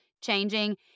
changing